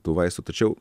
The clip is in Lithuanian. tų vaistų tačiau